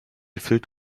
filled